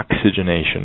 oxygenation